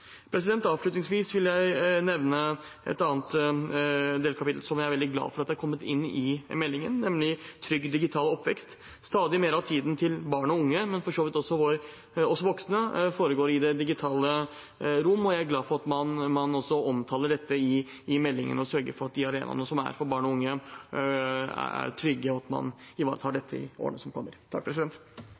Avslutningsvis vil jeg nevne noe annet i den forbindelse som jeg er veldig glad for er kommet inn i meldingen, nemlig trygg digital oppvekst. Stadig mer av tiden til barn og unge, og for så vidt også oss voksne, foregår i det digitale rom, og jeg er glad for at man også omtaler dette i meldingen og sørger for at de arenaene som er for barn og unge, er trygge, og at man ivaretar dette i årene som kommer.